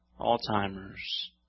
Alzheimer's